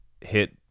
hit